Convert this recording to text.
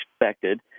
expected